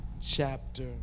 chapter